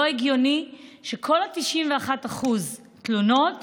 לא הגיוני שכל ה-91% מהתלונות